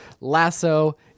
lasso